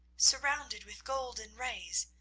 surrounded with golden rays.